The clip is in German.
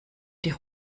die